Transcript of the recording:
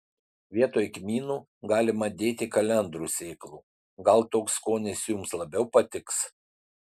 vietoj kmynų galima dėti kalendrų sėklų gal toks skonis jums labiau patiks